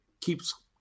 keeps